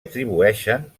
atribueixen